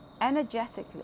energetically